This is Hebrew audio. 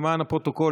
למען הפרוטוקול,